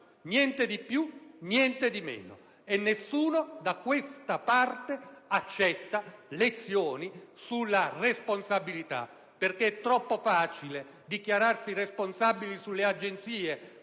niente di più, niente di meno. Nessuno, da questa parte, accetta lezioni sulla responsabilità, perché è troppo facile dichiararsi responsabili sulle agenzie